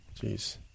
Jeez